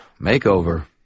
makeover